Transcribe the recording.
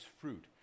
fruit